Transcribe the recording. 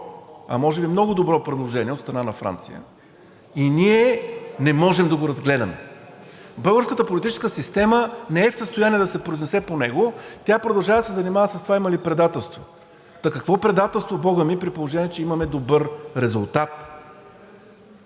а може би много добро предложение от страна на Франция и ние не можем да го разгледаме. Българската политическа система не е в състояние да се произнесе по него, тя продължава да се занимава с това има ли предателство. Та какво предателство, бога ми, при положение че имаме добър резултат,